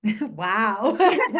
Wow